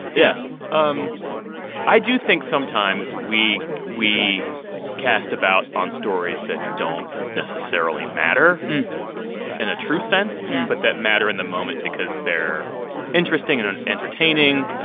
yeah um i do think sometimes we we cast about on stories that don't necessarily matter in a true sense yeah but that matter in the moment because they're interesting and entertaining,